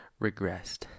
regressed